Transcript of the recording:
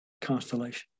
constellation